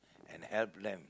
and help them